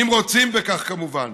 אם רוצים בכך, כמובן.